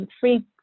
free